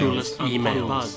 emails